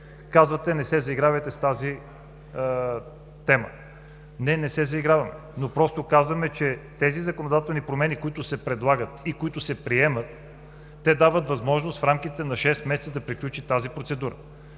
Казвате: не се заигравайте с тази тема! Не, не се заиграваме. Казваме, че тези законодателни промени, които се предлагат и които се приемат, дават възможност в рамките на шест месеца да приключи тази процедура.